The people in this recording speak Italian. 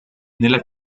nella